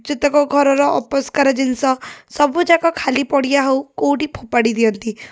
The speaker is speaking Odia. ଯେତକ ଘରର ଅପରିଷ୍କାର ଜିନିଷ ସବୁଯାକ ଖାଲି ପଡ଼ିଆ ହେଉ କେଉଁଠି ଫୋପାଡ଼ି ଦିଅନ୍ତି